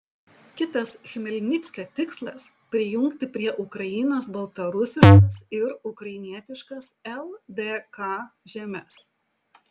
kitas chmelnickio tikslas prijungti prie ukrainos baltarusiškas ir ukrainietiškas ldk žemes